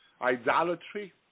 Idolatry